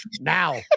now